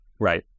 Right